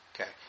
okay